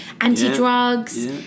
anti-drugs